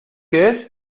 que